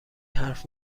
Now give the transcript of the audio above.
حرف